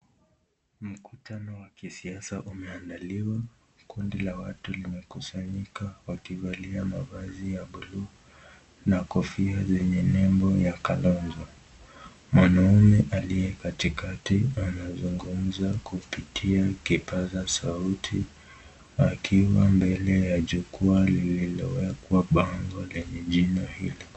Mkutano wa kisiasa umeandaliwa, kundi la watu limekusanyika wakivalia mavazi ya buluu na kofia zenye nembo ya Kalonzo. Mwanaume aliye katikati anazungumza kupitia kipaza sauti akiwa mbele ya jukwa liliowekwa bango lenye jina hilo.